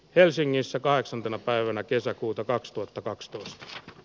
helsingissä kahdeksantena päivänä kesäkuuta kaksituhattakaksitoista l